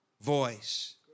voice